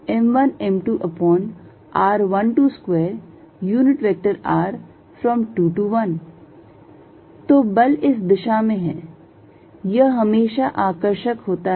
F1 Gm1m2r122r21 तो बल इस दिशा में है यह हमेशा आकर्षक होता है